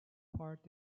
part